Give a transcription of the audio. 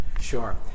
Sure